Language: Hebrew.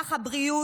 מערך הבריאות,